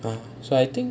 ah so I think